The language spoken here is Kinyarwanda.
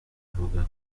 avuga